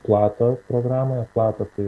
plato programoje plata tai